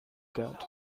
that